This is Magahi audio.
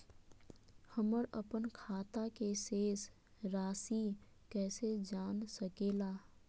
हमर अपन खाता के शेष रासि कैसे जान सके ला?